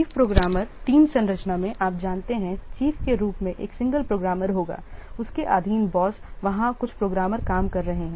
chief programmer team संरचना में आप जानते हैं चीफ के रूप में एक सिंगल प्रोग्रामर होगा उसके अधीन बॉस वहाँ कुछ प्रोग्रामर काम कर रहे हैं